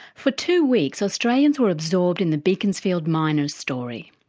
for two weeks australians were absorbed in the beaconsfield miner's story.